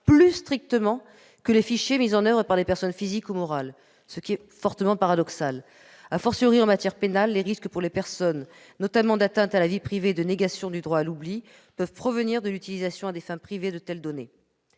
plus strictement que les fichiers mis en oeuvre par des personnes physiques ou morales. C'est paradoxal ! en matière pénale, les risques pour les personnes, notamment d'atteinte à la vie privée et de négation du droit à l'oubli, peuvent provenir de l'utilisation à des fins privées de telles données.